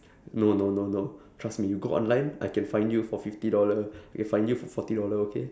no no no no trust me you go online I can find you for fifty dollar I can find you for forty dollar okay